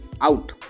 out